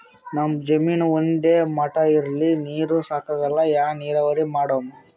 ನಮ್ ಜಮೀನ ಒಂದೇ ಮಟಾ ಇಲ್ರಿ, ನೀರೂ ಸಾಕಾಗಲ್ಲ, ಯಾ ನೀರಾವರಿ ಮಾಡಮು?